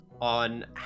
on